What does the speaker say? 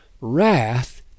wrath